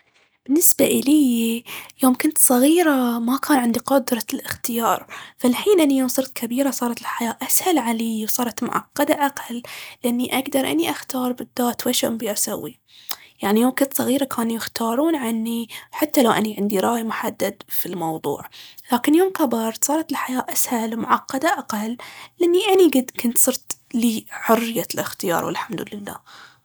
بالنسبة إلييي يوم كنت صغيرة، ما كان عندي قدرة الاختيار. فالحين أني صرت كبيرة، صارت الحياة اسهل عليي وصارت معقدة اقل لأني اقدر اني أختار بالذات ويش أبغي اسوي. يعني يوم كنت صغيرة كانوا يختارون عني حتى لو أني عندي راي محدد في الموضوع. لكن يوم كبرت صارت الحياة أسهل ومعقدة أقل لأني أني كنت- كنت صرت لي حرية الاختيار والحمد لله.